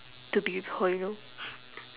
to be with her you know